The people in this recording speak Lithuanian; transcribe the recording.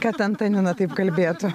kad antanina taip kalbėtų